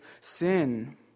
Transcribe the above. sin